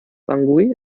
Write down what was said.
bangui